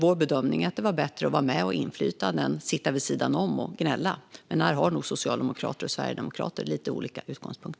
Vår bedömning var att det var bättre att vara med och få inflytande än att sitta vid sidan om och gnälla. Men här har nog socialdemokrater och sverigedemokrater lite olika utgångspunkt.